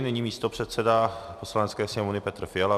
Nyní místopředseda Poslanecké sněmovny Petr Fiala.